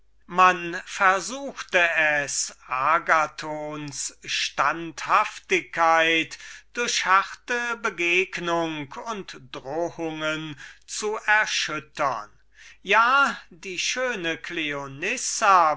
man versuchte es seine standhaftigkeit durch eine harte begegnung und drohungen zu erschüttern und die schöne